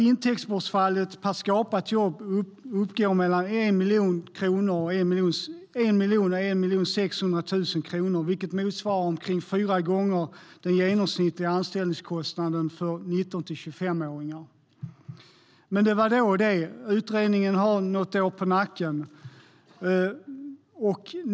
Intäktsbortfallet per skapat jobb uppgår till mellan 1 miljon och 1,6 miljoner kronor, vilket motsvarar omkring fyra gånger den genomsnittliga anställningskostnaden för 19-25-åringar. Men det var då det. Utredningen har något år på nacken.